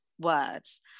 words